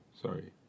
Sorry